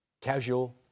casual